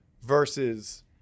versus